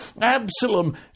Absalom